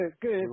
good